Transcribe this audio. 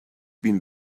bin